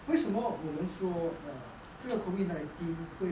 为什么我们说 err 这个 COVID nineteen 会